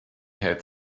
had